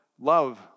love